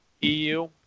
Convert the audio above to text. EU